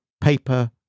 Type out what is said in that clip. paper